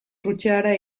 krutxeara